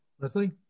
Leslie